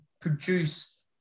produce